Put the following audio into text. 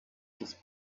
this